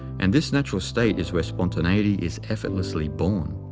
and this natural state is where spontaneity is effortlessly born.